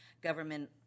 Government